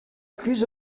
plus